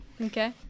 Okay